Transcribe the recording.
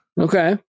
Okay